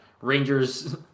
Rangers